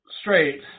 straight